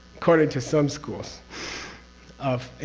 according to some schools of